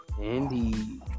Andy